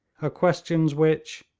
are questions which,